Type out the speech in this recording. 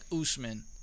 Usman